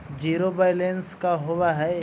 Zero balance का होव हइ?